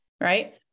right